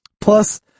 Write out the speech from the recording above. Plus